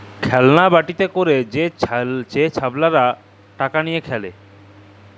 খেল্লা বাটিতে ক্যইরে যে ছাবালরা টাকা লিঁয়ে খেলে